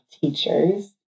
teachers